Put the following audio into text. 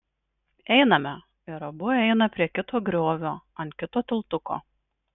einame ir abu eina prie kito griovio ant kito tiltuko